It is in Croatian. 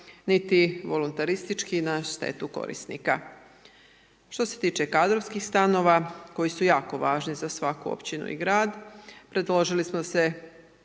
niti volontaristički na štetu korisnika. Što se tiče kadrovskih stanova koji su jako važni za svaku općinu i grad, predložili smo se